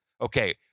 Okay